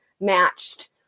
matched